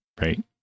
right